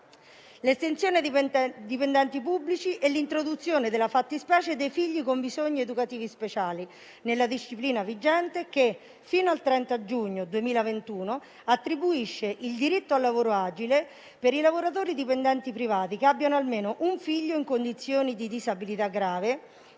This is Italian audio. l'estensione ai dipendenti pubblici e l'introduzione della fattispecie dei figli con bisogni educativi speciali nella disciplina vigente che, fino al 30 giugno 2021, attribuisce il diritto al lavoro agile per i lavoratori dipendenti privati che abbiano almeno un figlio in condizioni di disabilità grave.